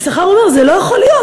יששכר אומר: זה לא יכול להיות,